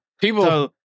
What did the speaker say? People